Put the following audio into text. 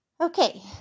okay